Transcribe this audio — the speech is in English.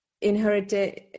inherited